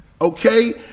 Okay